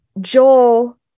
Joel